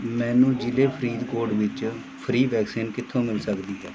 ਮੈਨੂੰ ਜ਼ਿਲ੍ਹੇ ਫਰੀਦਕੋਟ ਵਿੱਚ ਫ੍ਰੀ ਵੈਕਸੀਨ ਕਿੱਥੋਂ ਮਿਲ ਸਕਦੀ ਹੈ